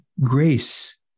grace